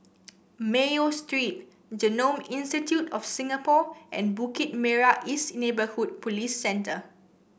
Mayo Street Genome Institute of Singapore and Bukit Merah East Neighbourhood Police Centre